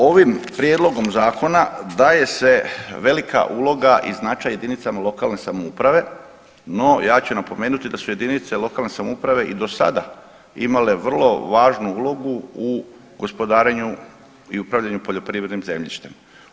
Ovim prijedlogom zakona daje se velika uloga i značaj jedinicama lokalne samouprave, no ja ću napomenuti da su jedinice lokalne samouprave i dosada imale vrlo važnu ulogu u gospodarenju i upravljanju poljoprivrednim zemljištem.